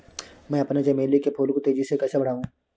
मैं अपने चमेली के फूल को तेजी से कैसे बढाऊं?